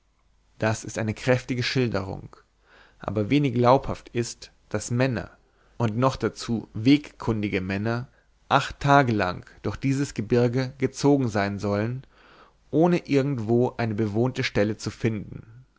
das ist eine kräftige schilderung aber wenig glaubhaft ist daß männer und noch dazu wegkundige männer acht tage lang durch dieses gebirge gezogen sein sollen ohne irgendwo eine bewohnte stelle zu finden